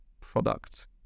product